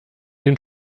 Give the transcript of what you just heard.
den